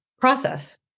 process